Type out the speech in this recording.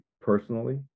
personally